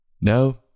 No